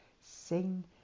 Sing